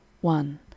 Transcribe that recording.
one